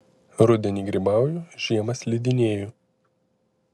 rudenį grybauju žiemą slidinėju